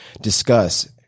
discuss